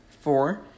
Four